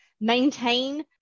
maintain